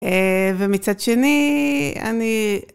ומצד שני, אני...